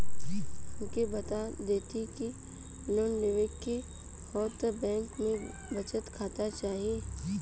हमके बता देती की लोन लेवे के हव त बैंक में बचत खाता चाही?